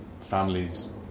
families